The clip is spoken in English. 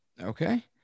Okay